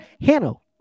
Hanno